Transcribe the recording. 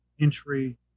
entry